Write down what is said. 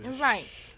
Right